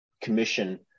commission